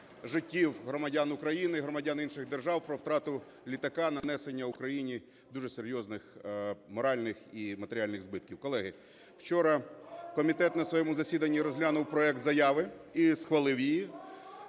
життів громадян України і громадян інших держав, про втрату літака, нанесення Україні дуже серйозних моральних і матеріальних збитків. Колеги, вчора комітет на своєму засіданні розглянув проект заяви і схвалив її,